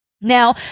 Now